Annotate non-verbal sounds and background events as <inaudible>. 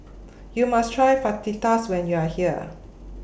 <noise> YOU must Try Fajitas when YOU Are here